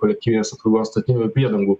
kolektyvinės apsaugos statinių ir priedangų